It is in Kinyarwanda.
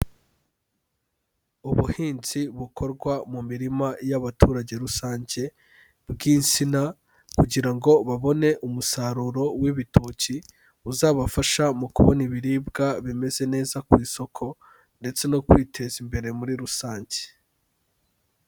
Ubuhinzi bukorwa mu mirima y'abaturage rusange bw'insina, kugira ngo babone umusaruro w'ibitoki uzabafasha mu kubona ibiribwa bimeze neza ku isoko, ndetse no kwiteza imbere muri rusange.